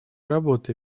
работы